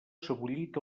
sebollit